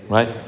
Right